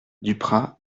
duprat